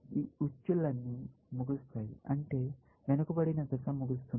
ఈ ఉచ్చులన్నీ ముగుస్తాయి అంటే వెనుకబడిన దశ ముగుస్తుంది